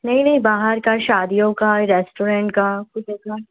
नहीं नहीं बाहर का शादियों का यह रेस्टोरेंट का कुछ ऐसा